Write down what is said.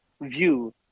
view